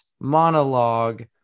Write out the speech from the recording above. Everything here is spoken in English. monologue